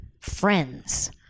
Friends